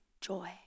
joy